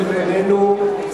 שלפנינו,